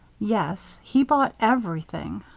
yes, he bought everything.